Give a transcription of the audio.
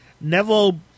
Neville